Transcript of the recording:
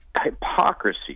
hypocrisy